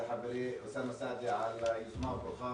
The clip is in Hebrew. תודה לחברי אוסאמה סעדי על היוזמה הברוכה